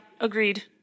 agreed